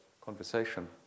conversation